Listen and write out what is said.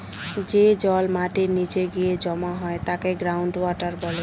যে জল মাটির নীচে গিয়ে জমা হয় তাকে গ্রাউন্ড ওয়াটার বলে